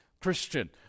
Christian